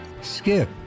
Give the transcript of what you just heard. skip